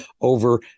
over